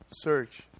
search